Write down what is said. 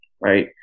right